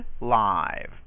live